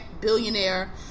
billionaire